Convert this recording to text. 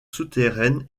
souterraines